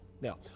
now